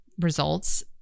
results